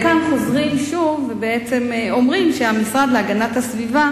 כאן חוזרים שוב ובעצם אומרים שהמשרד להגנת הסביבה